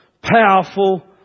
powerful